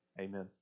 Amen